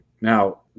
Now